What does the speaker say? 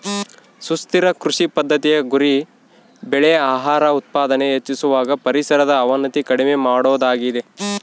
ಸುಸ್ಥಿರ ಕೃಷಿ ಪದ್ದತಿಯ ಗುರಿ ಬೆಳೆ ಆಹಾರದ ಉತ್ಪಾದನೆ ಹೆಚ್ಚಿಸುವಾಗ ಪರಿಸರದ ಅವನತಿ ಕಡಿಮೆ ಮಾಡೋದಾಗಿದೆ